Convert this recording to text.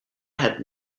had